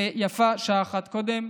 ויפה שעה אחת קודם.